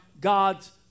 God's